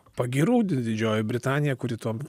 pagyrų didžioji britanija kuri tuo